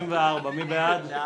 32 - מי בעד, מי נגד?